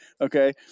Okay